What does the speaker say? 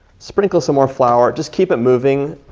sprinkle some more flour, just keep it moving.